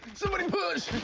somebody push!